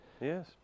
Yes